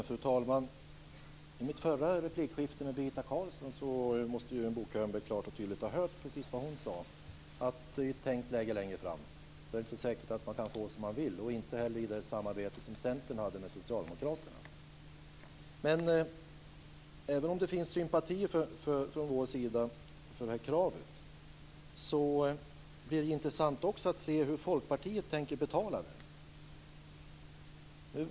Fru talman! I mitt förra replikskifte med Birgitta Carlsson måste Bo Könberg klart och tydligt ha hört precis vad hon sade. Hon sade att i ett tänkt läge längre fram är det inte så säkert att man kan få som man vill - inte heller i det samarbete som Centern hade med Socialdemokraterna. Även om det finns sympatier från vår sida för detta krav blir det också intressant att se hur Folkpartiet tänker betala det.